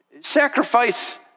Sacrifice